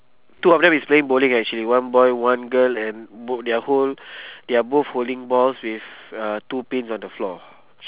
two of them is playing bowling actually one boy one girl and bo~ they're hold~ they're both holding balls with uh two pins on the floor